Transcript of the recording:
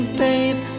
babe